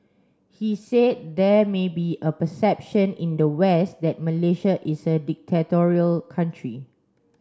he said there may be a perception in the west that Malaysia is a dictatorial country